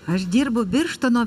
aš dirbu birštono